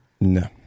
No